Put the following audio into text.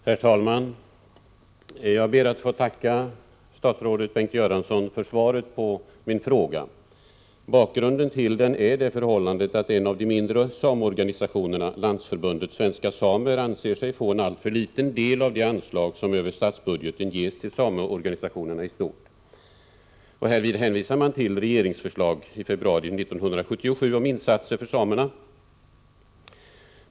Herr talman! Jag ber att få tacka statsrådet Göransson för svaret på min fråga. Bakgrunden till den är det förhållandet att en av de mindre sameorganisationerna — Landsförbundet Svenska Samer — anser sig få en alltför liten del av de anslag som över statsbudgeten ges till sameorganisationerna i stort. Härvid hänvisar man till regeringsförslag i februari 1977 om insatser för samerna.